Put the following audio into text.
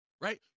Right